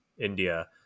India